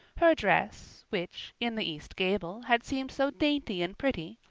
her dress, which, in the east gable, had seemed so dainty and pretty,